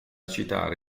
citare